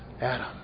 Adam